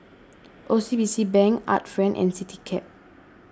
O C B C Bank Art Friend and CityCab